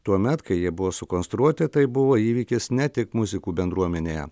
tuomet kai jie buvo sukonstruoti tai buvo įvykis ne tik muzikų bendruomenėje